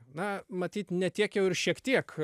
na matyt ne tiek jau ir šiek tiek